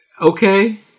Okay